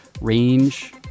range